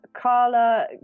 Carla